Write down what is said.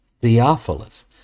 Theophilus